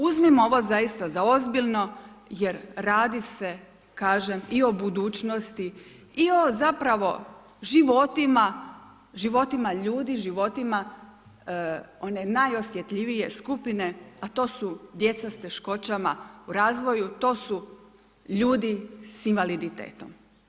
Uzmimo ovo zaista za ozbiljno jer radi se kažem i o budućnosti i o zapravo životima, životima ljudi, životima one najosjetljivije skupine a to su djeca s teškoćama u razvoju, to su ljudi s invaliditetom.